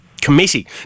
committee